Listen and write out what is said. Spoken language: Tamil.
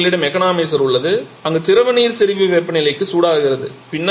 முதலில் எங்களிடம் எக்கனாமரைசர் உள்ளது அங்கு திரவ நீர் செறிவு வெப்பநிலைக்கு சூடாகிறது